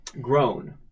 grown